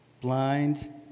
blind